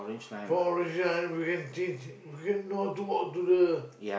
from orange line we can change we can know how to walk to the